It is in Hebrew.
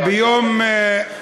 ביום,